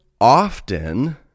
often